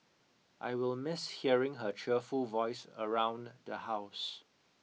I will miss hearing her cheerful voice around the house